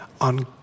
on